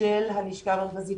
של הלשכה המרכזית